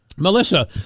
Melissa